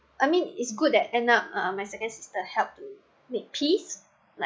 I mean it's good at ended up uh my second sister that helped to make peace